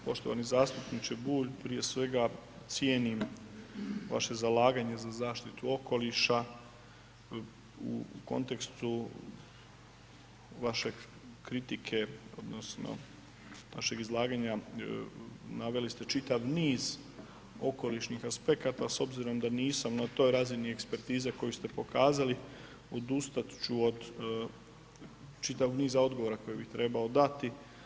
Poštovani zastupniče Bulj prije svega cijenim vaše zalaganje za zaštitu okoliša u kontekstu vaše kritike odnosno vašeg izlaganja naveli ste čitav niz okolišnih aspekata, s obzirom da nisam na toj razini ekspertize koju ste pokazali odustat ću od čitavog niza odgovora koje bih trebao dati.